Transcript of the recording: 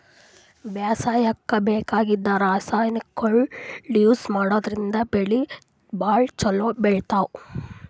ಬೇಸಾಯಕ್ಕ ಬೇಕಾಗಿದ್ದ್ ರಾಸಾಯನಿಕ್ಗೊಳ್ ಯೂಸ್ ಮಾಡದ್ರಿನ್ದ್ ಬೆಳಿ ಭಾಳ್ ಛಲೋ ಬೆಳಿತಾವ್